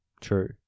True